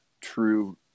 true